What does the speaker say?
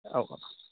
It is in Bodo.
औ औ